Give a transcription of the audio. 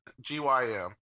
G-Y-M